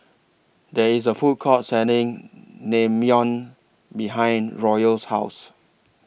There IS A Food Court Selling Naengmyeon behind Royal's House